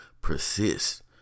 persist